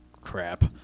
Crap